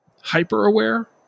hyper-aware